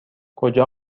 کجا